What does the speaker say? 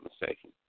mistaken